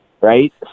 Right